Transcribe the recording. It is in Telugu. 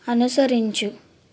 అనుసరించు